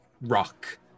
rock